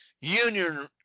Union